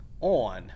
on